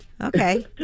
Okay